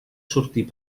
sortir